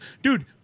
Dude